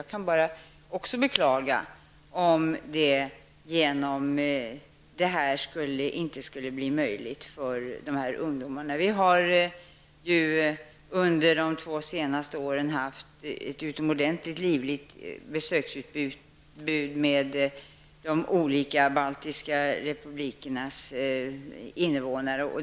Jag kan bara beklaga om det genom detta förfarande inte skulle bli möjligt för dessa ungdomar att komma hit. Under de två senaste åren har det varit ett utomordentligt livligt besöksutbyte när det gäller de olika baltiska republikerna.